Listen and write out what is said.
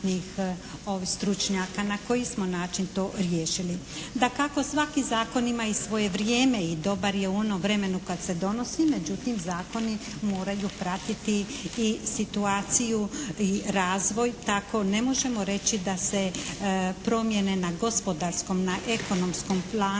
Na koji smo način to riješili? Dakako, svaki zakon ima i svoje vrijeme i dobar je u onom vremenu kad se donosi. Međutim, zakoni moraju pratiti i situaciju i razvoj. Tako ne možemo reći da se promjene na gospodarskom, na ekonomskom planu